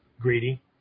greedy